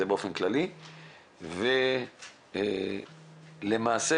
ולמעשה